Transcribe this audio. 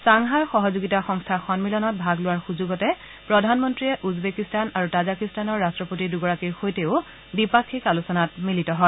Shanghai সহযোগিতা সংস্থা সন্মিলনত ভাগ লোৱাৰ সুযোগতে প্ৰধানমন্ত্ৰীয়ে উজবেকিস্তান আৰু তাজাকিস্তানৰ ৰাট্টপতি দুগৰাকীৰ সৈতেও দ্বিপাফিক আলোচনাত মিলিত হয়